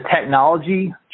technology